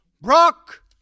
Brock